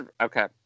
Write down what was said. okay